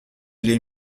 les